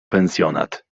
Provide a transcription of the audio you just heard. pensjonat